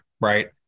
right